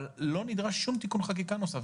אבל לא נדרש שום תיקון חקיקה נוסף,